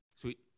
Sweet